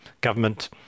government